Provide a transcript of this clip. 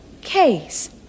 Case